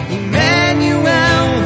Emmanuel